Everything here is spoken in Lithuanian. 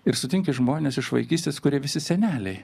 ir sutinki žmones iš vaikystės kurie visi seneliai